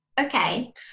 okay